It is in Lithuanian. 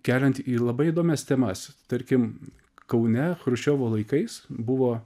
keliant labai įdomias temas tarkim kaune chruščiovo laikais buvo